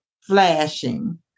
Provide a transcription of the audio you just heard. flashing